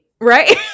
Right